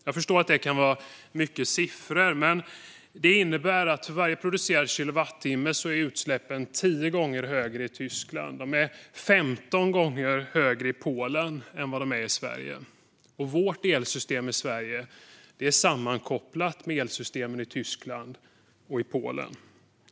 Jag förstår att man kan tycka att det är mycket siffror, men det innebär att för varje producerad kilowattimme är utsläppen tio gånger högre i Tyskland och 15 gånger högre i Polen än vad de är i Sverige. Och vårt elsystem i Sverige är sammankopplat med elsystemen i Tyskland och Polen.